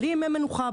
בלי ימי מנוחה,